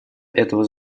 этого